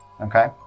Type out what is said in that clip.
Okay